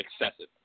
excessive